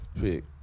pick